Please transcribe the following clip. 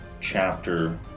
chapter